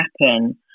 happen